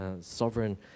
sovereign